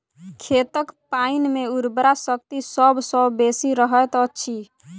खेतक पाइन मे उर्वरा शक्ति सभ सॅ बेसी रहैत अछि